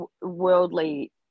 worldly